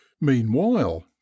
Meanwhile